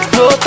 no